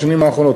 בשנים האחרונות,